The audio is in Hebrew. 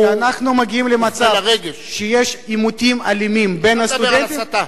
כשאנחנו מגיעים למצב שיש עימותים אלימים בין הסטודנטים.